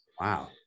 Wow